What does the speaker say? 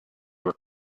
were